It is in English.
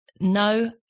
no